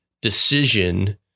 decision